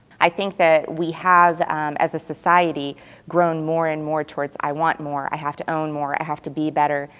i think that we have as a society grown more and more towards, i want more, i have to own more, i have to be better.